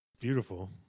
Beautiful